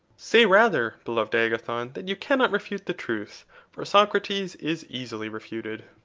say rather, beloved agathon, that you cannot refute the truth for socrates is easily refuted.